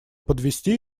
подвести